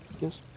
Yes